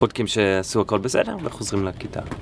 בודקים שעשו הכל בסדר וחוזרים לכיתה.